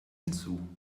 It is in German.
hinzu